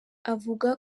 avuga